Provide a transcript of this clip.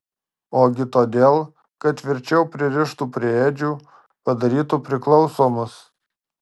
ogi todėl kad tvirčiau pririštų prie ėdžių padarytų priklausomus